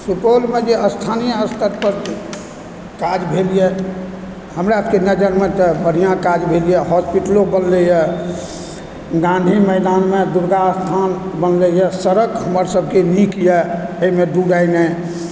सुपौलमे जे स्थानीय स्तर पर काज भेलैए हमरा सभके नजरमे तऽ बढिआँ काज भेलै यऽ हस्पिटलो बनलैए गांधी मैदानमे दुर्गा स्थान बनलैए सड़क हमरसभकें नीकए एहिमे दू राय नहि